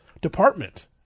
department